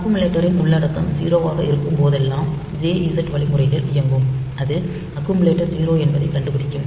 அக்குமுலேட்டரின் உள்ளடக்கம் 0 ஆக இருக்கும்போதெல்லாம் jz வழிமுறைகள் இயங்கும் அது அக்குமுலேட்டர் 0 என்பதைக் கண்டுபிடிக்கும்